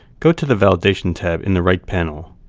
go to the validation tab in the right panel.